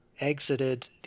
exited